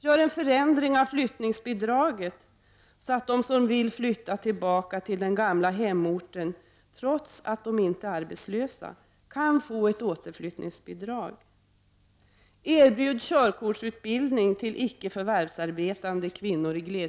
Gör en förändring av flyttningsbidraget, så att de som vill flytta tillbaka till den gamla hemorten trots att de inte är arbetslösa kan få ett återflyttningsbidrag.